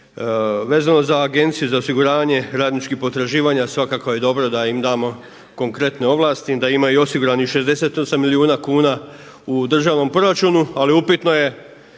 Vezano za Agenciju za osiguravanje radničkih potraživanja svakako je dobro da im damo konkretne ovlasti, da imaju osiguranih 68 milijuna kuna u državnom proračunu, ali upitno je